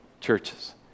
churches